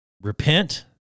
Repent